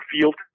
field